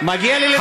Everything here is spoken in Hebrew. מגיע לי לדבר.